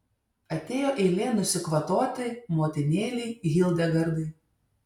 atėjo eilė nusikvatoti motinėlei hildegardai